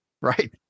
Right